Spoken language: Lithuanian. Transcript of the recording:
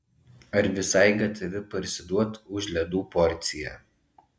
ar visai gatavi parsiduot už ledų porciją